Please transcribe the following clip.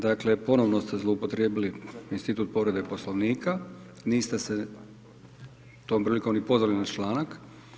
Dakle, ponovno ste zlouporabili institut povrede poslovnika, niste se tom prilikom ni pozvali na članak.